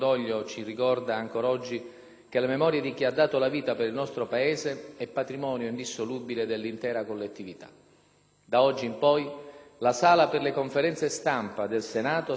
Da oggi in poi la Sala delle Conferenze stampa del Senato sarà dedicata alle vittime dell'attentato del 12 novembre 2003 e a tutti gli italiani caduti nel corso dell'operazione «Antica Babilonia».